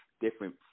different